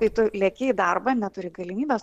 kai tu leki į darbą neturi galimybės